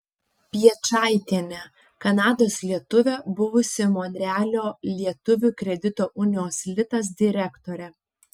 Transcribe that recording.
piečaitienė kanados lietuvė buvusi monrealio lietuvių kredito unijos litas direktorė